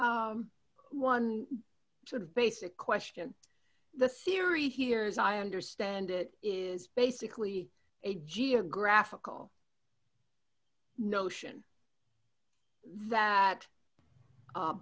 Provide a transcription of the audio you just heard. just one sort of basic question the theory here as i understand it is basically a geographical notion that